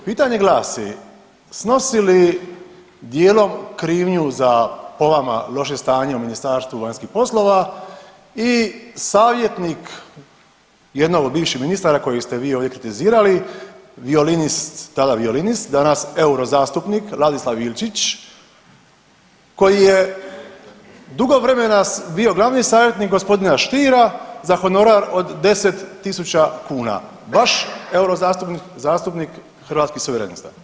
Pitanje glasi, snosi li dijelom krivnju za po vama loše stanje u Ministarstvu vanjskih poslova i savjetnik jednog od bivših ministara kojeg ste vi ovdje kritizirali violinist, tada violinist, danas euro zastupnik Ladislav Ilčić koji je dugo vremena bio glavni savjetnik gospodina Stiera za honorar od 10 tisuća kuna vaš euro zastupnik Hrvatskih suverenista?